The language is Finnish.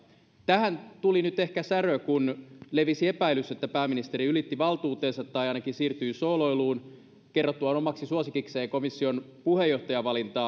tähän tuli nyt ehkä särö kun levisi epäilys että pääministeri ylitti valtuutensa tai ainakin siirtyi sooloiluun kerrottuaan omaksi suosikikseen komission puheenjohtajavalinnassa